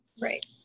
right